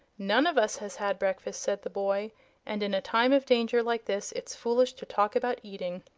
none of us has had breakfast, said the boy and in a time of danger like this it's foolish to talk about eating.